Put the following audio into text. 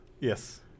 yes